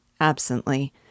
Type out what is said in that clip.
absently